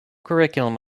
curriculum